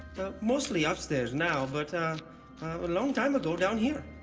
mostly upstairs now, but a long time ago down here.